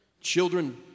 Children